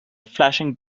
flashing